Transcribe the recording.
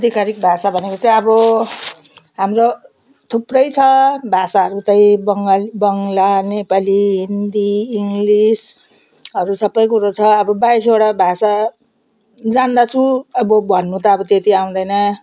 आधिकारिक भाषा भनेको चाहिँ अब हाम्रो थुप्रै छ भाषाहरू त बङ्गाली बङ्ग्ला नेपाली हिन्दी इङ्ग्लिस अरू सबै कुरो छ अब बाइसवटा भाषा जान्दछु अब भन्नु त अब त्यति आउँदैन